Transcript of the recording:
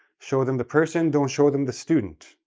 show them the person, don't show them the student,